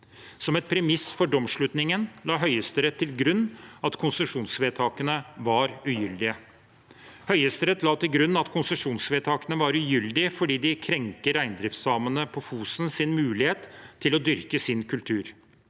Som et premiss for domsslutningen la Høyesterett til grunn at konsesjonsvedtakene var ugyldige. Høyesterett la til grunn at konsesjonsvedtakene var ugyldige fordi de krenker reindriftssamene på Fosens mulighet til å dyrke sin kultur.